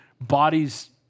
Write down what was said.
bodies